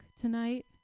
tonight